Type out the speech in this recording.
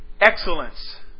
excellence